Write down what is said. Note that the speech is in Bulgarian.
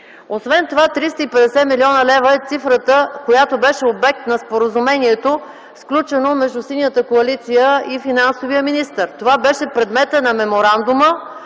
Освен това 350 млн. лв. е цифрата, която беше обект на споразумението, сключено между Синята коалиция и финансовия министър. Това беше предметът на меморандума,